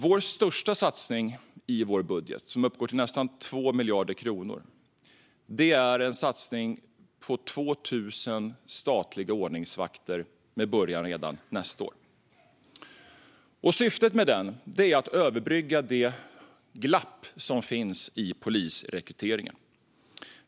Den största satsningen i vår budget, som uppgår till nästan 2 miljarder kronor, är en satsning på 2 000 statliga ordningsvakter, med början redan nästa år. Syftet med denna satsning är att överbrygga det glapp som finns i polisrekryteringen.